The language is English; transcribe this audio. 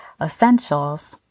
essentials